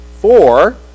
four